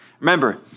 Remember